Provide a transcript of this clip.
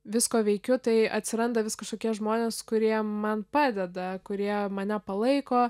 visko veikiu tai atsiranda vis kažkokie žmonės kurie man padeda kurie mane palaiko